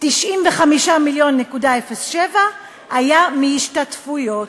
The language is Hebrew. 95.07 מיליון היו מהשתתפויות.